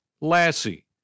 Lassie